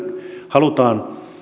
halutaan